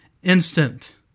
instant